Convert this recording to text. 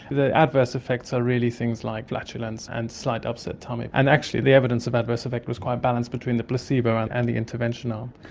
the adverse effects are really things like flatulence and a slight upset tummy, and actually the evidence of adverse effect was quite balanced between the placebo and and the intervention arm.